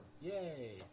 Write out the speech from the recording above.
Yay